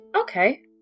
Okay